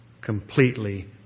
completely